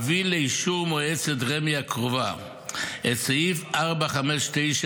אביא לאישור מועצת רמ"י הקרובה את סעיף 4.5.9,